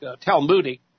Talmudic